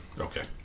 okay